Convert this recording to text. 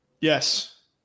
yes